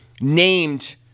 named